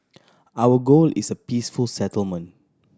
our goal is a peaceful settlement